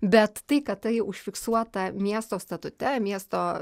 bet tai kad tai užfiksuota miesto statute miesto